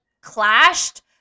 clashed